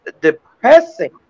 depressing